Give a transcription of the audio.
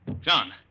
John